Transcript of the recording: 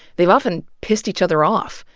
they've often pissed each other off.